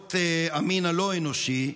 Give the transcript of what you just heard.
חלאות המין הלא-אנושי,